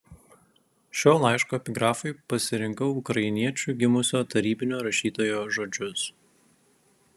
šio laiško epigrafui pasirinkau ukrainiečiu gimusio tarybinio rašytojo žodžius